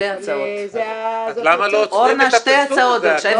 אז למה לא עוצרים את הפרסום הזה?